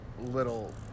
little